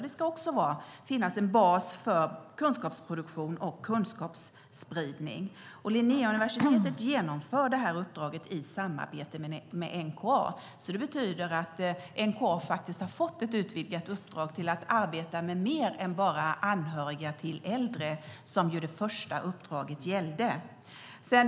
Det ska också finnas en bas för kunskapsproduktion och kunskapsspridning. Linnéuniversitetet genomför det här uppdraget i samarbete med NkA. Det betyder att NkA faktiskt har fått ett utvidgat uppdrag att arbeta med mer än bara anhöriga till äldre, som ju det första uppdraget gällde.